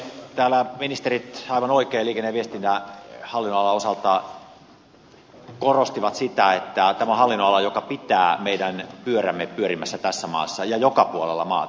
täällä ministerit aivan oikein liikenne ja viestintäministeriön hallinnonalan osalta korostivat sitä että tämä on hallinnonala joka pitää meidän pyörämme pyörimässä tässä maassa ja joka puolella maata